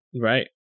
Right